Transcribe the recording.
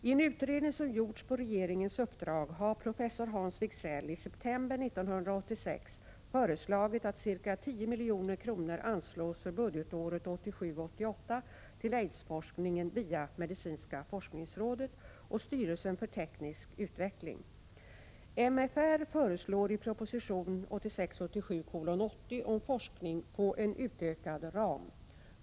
I en utredning, som gjorts på regeringens uppdrag har professor Hans Wigzelli september 1986 föreslagit att ca 10 milj.kr. anslås för budgetåret 1987 87:80 om forskning få en utökad ram.